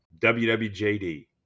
wwjd